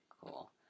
cool